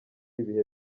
ibihe